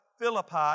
Philippi